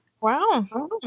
Wow